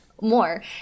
More